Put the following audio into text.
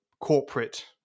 corporate